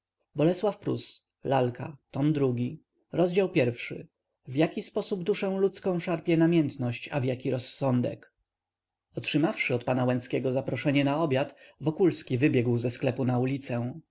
zawołał pan tomasz i zachwycony pocałował ją najprzód w rękę potem w czoło otrzymawszy od pana łęckiego zaproszenie na obiad wokulski wybiegł ze sklepu na ulicę